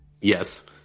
Yes